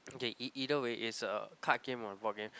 okay e~ either way is a card game or a board game